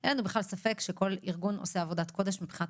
שאין לנו ספק שכל ארגון עושה עבודת קודש מבחינת